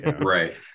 right